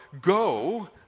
go